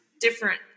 different